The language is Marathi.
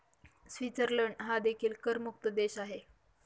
स्वित्झर्लंड हा देखील करमुक्त देश आहे